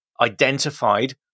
identified